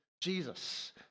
Jesus